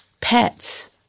pets